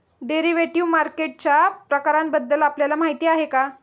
Derivative मार्केटच्या प्रकारांबद्दल आपल्याला माहिती आहे का?